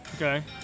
Okay